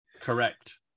correct